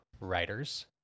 writers